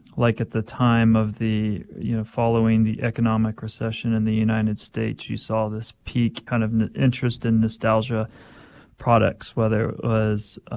like, at the time of the, you know, following the economic recession in the united states you saw this peak kind of interest in nostalgia products, whether it was,